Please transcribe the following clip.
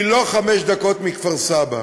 והיא לא חמש דקות מכפר-סבא.